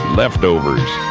leftovers